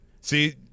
See